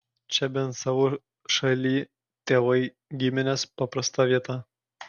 čia bent savo šalyj tėvai giminės paprasta vieta